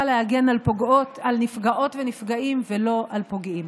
להגן על נפגעות ונפגעים ולא על פוגעים.